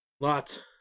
Lots